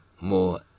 more